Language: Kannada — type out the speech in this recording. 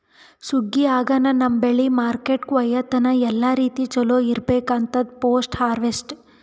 ಸುಗ್ಗಿ ಆಗನ ನಮ್ಮ್ ಬೆಳಿ ಮಾರ್ಕೆಟ್ಕ ಒಯ್ಯತನ ಎಲ್ಲಾ ರೀತಿ ಚೊಲೋ ಇರ್ಬೇಕು ಅಂತದ್ ಪೋಸ್ಟ್ ಹಾರ್ವೆಸ್ಟ್